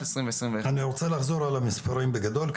2021. אני רוצה לחזור על המספרים בגדול,